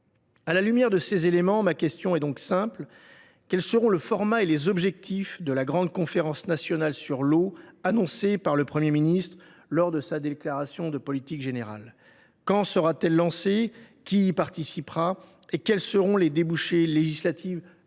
À la lumière de ces éléments, mes questions sont donc simples, madame la ministre : quels seront le format et les objectifs de la grande conférence nationale sur l’eau annoncée par le Premier ministre lors de sa déclaration de politique générale ? Quand sera t elle lancée ? Qui y participera et quels seront les débouchés législatifs